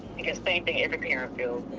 i guess same thing every parent feels,